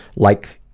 like,